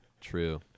true